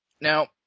Now